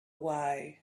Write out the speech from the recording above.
why